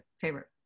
favorite